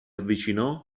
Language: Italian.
avvicinò